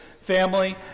family